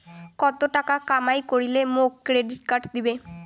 কত টাকা কামাই করিলে মোক ক্রেডিট কার্ড দিবে?